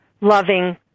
loving